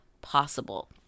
possible